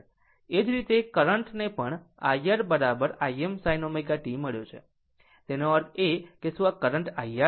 એ જ રીતે કરંટ ને પણ IR Im sin ω t મળ્યો છે તેનો અર્થ એ કે શું આ કરંટ IR છે